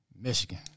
Michigan